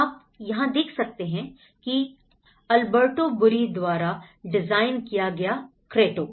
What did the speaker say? आप यहां देख सकते हैं अल्बर्टो बुर्री द्वारा डिज़ाइन किया गया क्रेट्टो